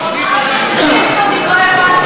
הוא אמר את זה בציניות, אם לא הבנת.